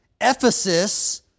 Ephesus